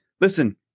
listen